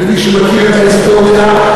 ומי שמכיר את ההיסטוריה,